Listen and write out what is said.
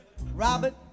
Robert